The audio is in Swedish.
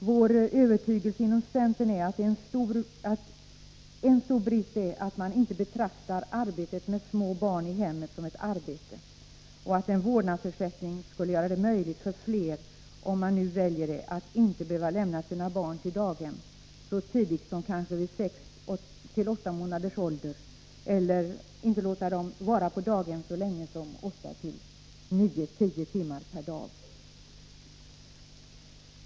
Vår övertygelse inom centern är att en stor brist är att man inte betraktar arbetet med små barn i hemmet som ett arbete och att en vårdnadsersättning skulle göra det möjligt för fler, om de nu väljer det, att inte behöva lämna sina barn till daghem så tidigt som kanske vid 6-8 månaders ålder eller låta dem vara på daghemmen så länge som 8-10 timmar per dag.